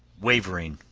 wavering,